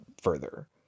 further